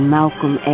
Malcolm